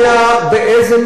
להרתיע באיזה מחיר?